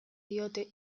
diote